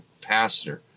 capacitor